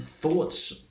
thoughts